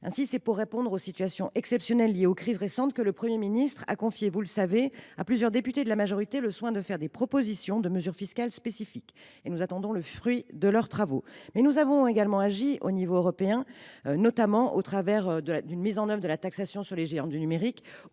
Ainsi, c’est pour répondre aux situations exceptionnelles liées aux crises récentes que le Premier ministre a confié à plusieurs députés de la majorité le soin de faire des propositions de mesures fiscales spécifiques – nous attendons le fruit de leurs travaux. Nous avons également agi à l’échelon européen : en témoignent la mise en œuvre d’une taxation des géants du numérique